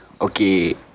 okay